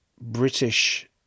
British